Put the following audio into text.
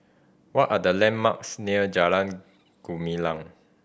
what are the landmarks near Jalan Gumilang